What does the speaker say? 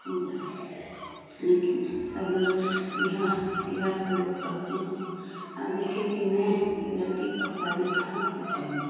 हो जाए लेकिन सब लोग यहाँ सहाँ सब लोग करते हैं और देखिए कि मैं लड़की की शादी कहाँ से करूँ